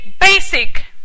basic